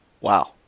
Wow